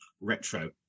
retro